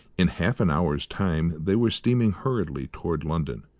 in half an hour's time they were steaming hurriedly towards london.